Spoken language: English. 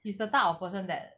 he's the type of person that